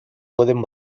pueden